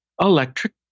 electric